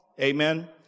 Amen